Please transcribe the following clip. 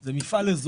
זה מפעל אזורי,